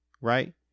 right